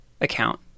account